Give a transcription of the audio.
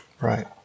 right